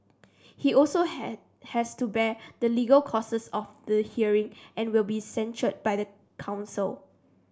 he also has to bear the legal costs of the hearing and will be censured by the council